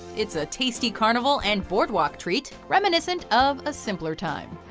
it's a tasty carnival and boardwalk treat, reminiscent of a simpler time.